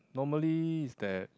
normally is that